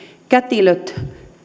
kätilöt